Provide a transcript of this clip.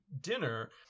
dinner